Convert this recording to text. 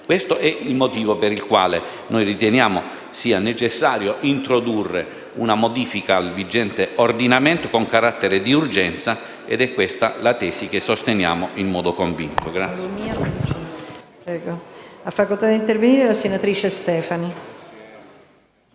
Questo è il motivo per il quale riteniamo necessario introdurre una modifica al vigente ordinamento con carattere di urgenza, ed è questa la tesi che sosteniamo in modo convinto.